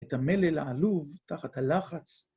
את המלל העלוב תחת הלחץ.